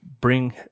bring